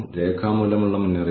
ഇതിൽക്കൂടുതൽ എന്തും മോശമാണ്